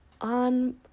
on